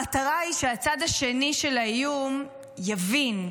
המטרה היא שהצד השני של האיום יבין.